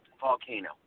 Volcano